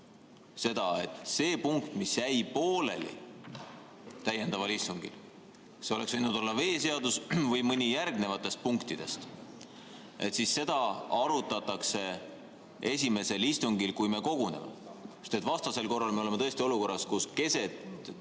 et seda punkti, mis jäi pooleli täiendaval istungil – see oleks võinud olla veeseadus või mõni järgnevatest punktidest –, arutatakse esimesel istungil, kui me koguneme. Sest vastasel korral me oleme tõesti olukorras, kus keset päeva